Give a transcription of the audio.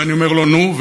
אני אומר לו: נו,